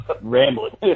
rambling